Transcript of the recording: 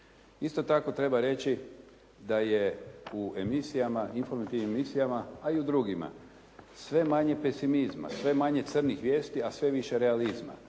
Isto tako, treba reći da je u emisijama, informativnim emisijama a i u drugima sve manje pesimizma, sve manje crnih vijesti a sve više realizma.